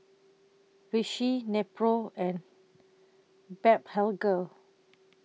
Vichy Nepro and Blephagel